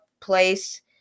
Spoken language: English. place